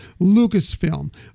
Lucasfilm